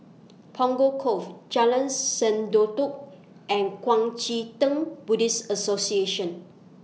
Punggol Cove Jalan Sendudok and Kuang Chee Tng Buddhist Association